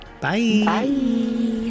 Bye